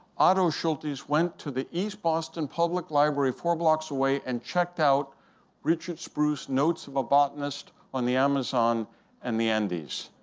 otto schultes went to the east boston public library four blocks away and checked out richard spruce notes of a botanist on the amazon and the andes.